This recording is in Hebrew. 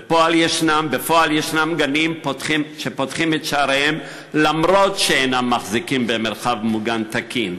בפועל יש גנים שפותחים את שעריהם גם אם הם אין שם מרחב מוגן תקין,